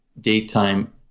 daytime